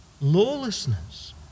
Lawlessness